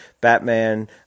Batman